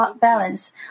balance